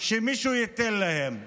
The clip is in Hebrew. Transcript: שמישהו ייתן להם.